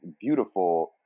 beautiful